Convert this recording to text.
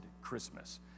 Christmas